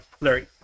Larry